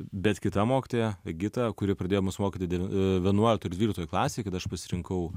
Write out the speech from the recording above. bet kita mokytoja egita kuri pradėjo mus mokyti vienuoliktoj dvyliktoj klasėj kada aš pasirinkau